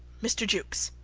mr. jukes.